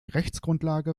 rechtsgrundlage